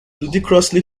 ludicrously